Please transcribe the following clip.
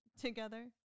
together